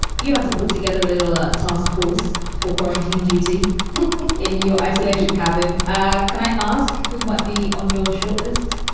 if you had to put together a little ah task force for quarantine duty in your isolation cabin. ah can i ask who might be on your shortlist?